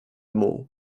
muł